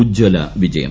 ഉജ്ജ്വല വിജയം